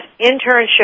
internship